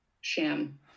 sham